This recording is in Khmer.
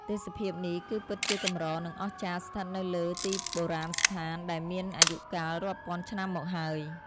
ទេសភាពនេះ គឺពិតជាកម្រ និងអស្ចារ្យស្ថិតនៅលើទីបុរាណស្ថានដែលមានអាយុកាលរាប់ពាន់ឆ្នាំមកហើយ។